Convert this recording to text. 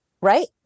right